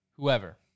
Whoever